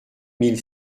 mille